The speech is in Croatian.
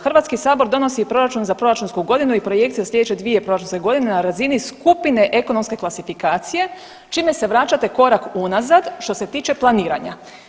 Hrvatski sabor donosi proračun za proračunsku godinu i projekcije za slijedeće 2 proračunske godine na razini skupine ekonomske klasifikacije čime se vraćate korak unazad što se tiče planiranja.